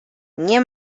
nie